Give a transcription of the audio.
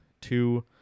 two